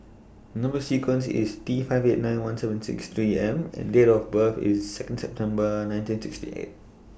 Number sequence IS T five eight nine one seven six three M and Date of birth IS Second September nineteen sixty eight